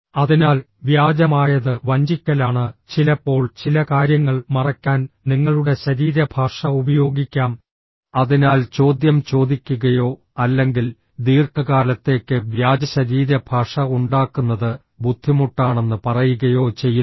അതിനാൽ വ്യാജമായത് വഞ്ചിക്കലാണ് ചിലപ്പോൾ ചില കാര്യങ്ങൾ മറയ്ക്കാൻ നിങ്ങളുടെ ശരീരഭാഷ ഉപയോഗിക്കാം അതിനാൽ ചോദ്യം ചോദിക്കുകയോ അല്ലെങ്കിൽ ദീർഘകാലത്തേക്ക് വ്യാജ ശരീരഭാഷ ഉണ്ടാക്കുന്നത് ബുദ്ധിമുട്ടാണെന്ന് പറയുകയോ ചെയ്യുന്നു